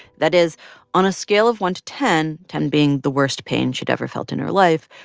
that is on a scale of one to ten, ten being the worst pain she'd ever felt in her life,